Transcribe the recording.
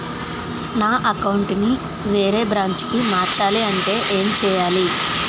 నా అకౌంట్ ను వేరే బ్రాంచ్ కి మార్చాలి అంటే ఎం చేయాలి?